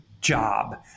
job